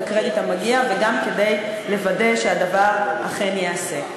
הקרדיט המגיע וגם כדי לוודא שהדבר אכן ייעשה.